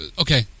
Okay